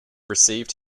received